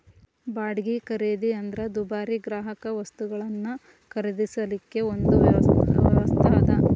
ಬಾಡ್ಗಿ ಖರೇದಿ ಅಂದ್ರ ದುಬಾರಿ ಗ್ರಾಹಕವಸ್ತುಗಳನ್ನ ಖರೇದಿಸಲಿಕ್ಕೆ ಒಂದು ವ್ಯವಸ್ಥಾ ಅದ